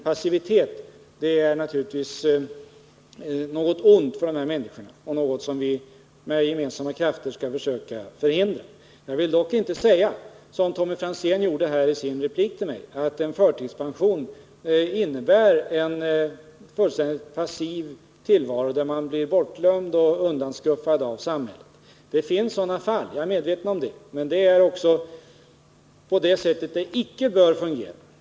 Passivitet är naturligtvis ett ont för dessa människor och någonting som vi med gemensamma krafter skall försöka förhindra. Jag vill dock inte instämma i vad Tommy Franzén sade i sin replik till mig, nämligen att en förtidspension innebär en fullständigt passiv tillvaro, där man blir bortglömd och undanskuffad av samhället. Det finns sådana fall jag är medveten om det. Men på det sättet bör det icke fungera.